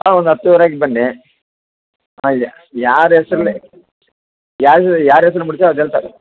ಹಾಂ ಒಂದು ಹತ್ತೂವರೆಗೆ ಬನ್ನಿ ಹಾಂ ಇದೆ ಯಾರ ಹೆಸರಲ್ಲಿ ಯಾರ ಯಾರ ಹೆಸ್ರು ಅದ್ರಲ್ಲಿ ತಕೋ